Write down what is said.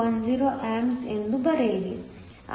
10 amps ಎಂದು ಬರೆಯಿರಿ